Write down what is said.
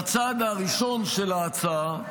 בצעד הראשון של ההצעה,